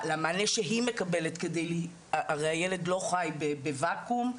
למענה שהיא מקבלת, הרי הילד לא חי בוואקום,